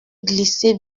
glisser